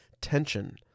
tension